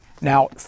Now